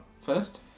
first